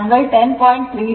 35 angle 10